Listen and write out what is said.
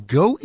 go